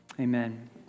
Amen